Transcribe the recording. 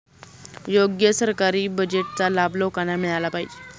योग्य सरकारी बजेटचा लाभ लोकांना मिळाला पाहिजे